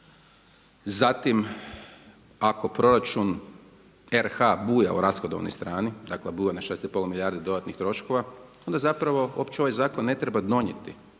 Zatim, ako proračun RH buja u rashodovnoj strani, dakle buja na 6,5 milijardi dodatnih troškova, onda zapravo uopće ovaj zakon ne treba donijeti